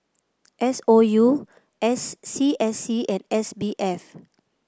S O U S C S C and S B F